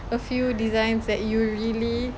a few designs that you really